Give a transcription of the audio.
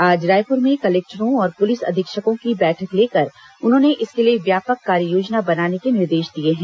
आज रायपुर में कलेक्टरों और पुलिस अधीक्षकों की बैठक लेकर उन्होंने इसके लिए व्यापक कार्ययोजना बनाने के निर्देश दिए हैं